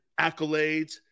accolades